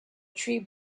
tree